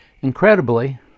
incredibly